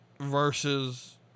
versus